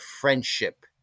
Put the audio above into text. friendship